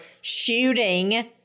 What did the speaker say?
shooting